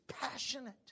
passionate